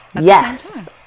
Yes